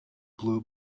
blue